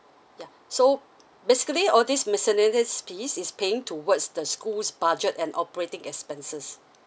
ya so basically all these miscellaneous fees is paying towards the school's budget and operating expenses